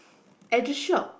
at the shop